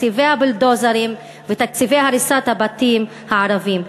תקציבי הבולדוזרים ותקציבי הריסת הבתים הערביים.